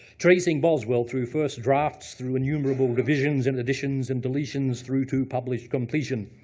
tracing boswell through first drafts, through enumerable revisions, and additions, and deletions, through to published completion.